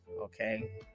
okay